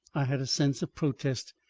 i had a sense of protest,